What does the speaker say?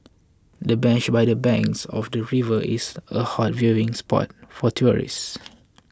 the bench by the banks of the river is a hot viewing spot for tourists